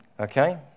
Okay